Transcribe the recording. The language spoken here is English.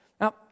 Now